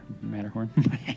Matterhorn